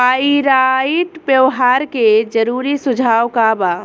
Pyrite व्यवहार के जरूरी सुझाव का वा?